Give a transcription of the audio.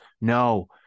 No